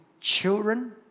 children